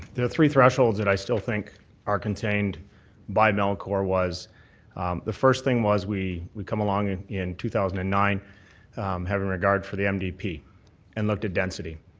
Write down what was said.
there are three thresholds and i think are contained by melcor was the first thing was we we come along and in two thousand and nine having regard for the mdp and looked at density,